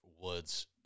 woods